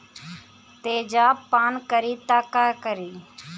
तेजाब पान करी त का करी?